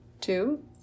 two